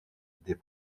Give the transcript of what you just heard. des